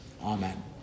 Amen